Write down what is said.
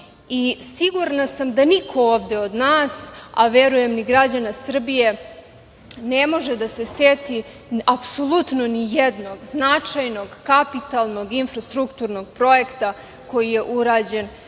i sigurna sam da niko ovde od nas, a verujem ni građana Srbije, ne može da se seti apsolutno nijednog značajnog, kapitalnog infrastrukturnog projekta koji je urađen